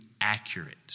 accurate